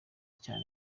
cyane